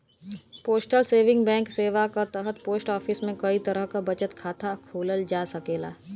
postal saving bank सेवा क तहत पोस्ट ऑफिस में कई तरह क बचत खाता खोलल जा सकेला